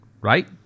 right